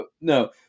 No